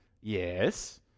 Yes